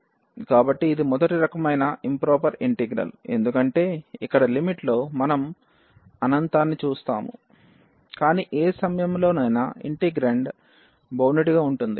కాబట్టి ఇది మొదటి రకమైన ఇంప్రొపెర్ ఇంటిగ్రల్ ఎందుకంటే ఇక్కడ లిమిట్ లో మనం అనంతాన్ని చూస్తాము కానీ ఏ సమయంలోనైనా ఇంటెగ్రాండ్ బౌండెడ్ గా ఉంటుంది